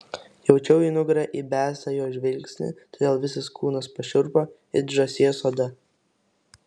jaučiau į nugarą įbestą jo žvilgsnį todėl visas kūnas pašiurpo it žąsies oda